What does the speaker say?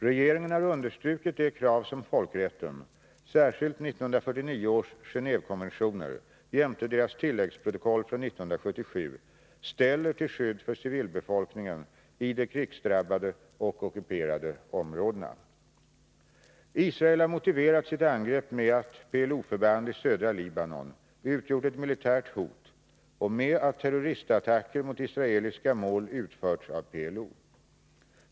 Regeringen har understrukit de krav som folkrätten, särskilt 1949 års Genåvekonventioner jämte deras tilläggsprotokoll från 1977, ställer till skydd för civilbefolkningen i de krigsdrabbade och ockuperade områdena. Israel har motiverat sitt angrepp med att PLO-förband i södra Libanon utgjort ett militärt hot och med att terroristattacker mot israeliska mål utförts av PLO.